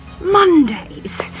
Mondays